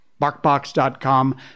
barkbox.com